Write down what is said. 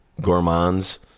gourmands